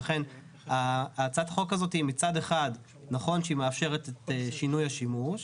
לכן הצעת החוק הזה מצד אחד מאפשרת את שינוי השימוש,